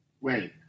Wait